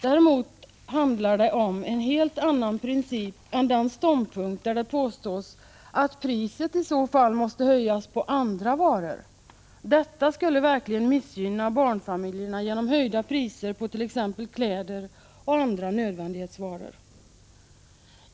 Däremot handlar det om en helt annan princip än den ståndpunkt där det påstås att priset i så fall måste höjas på andra varor. Detta skulle verkligen missgynna barnfamiljerna genom höjda priser på t.ex. kläder och andra nödvändighetsvaror.